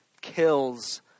kills